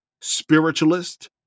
spiritualist